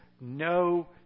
no